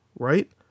right